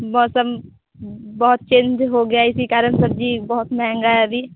मौसम बहुत चेंज हो गया इसी कारण सब्ज़ी बहुत महँगी है अभी